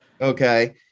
Okay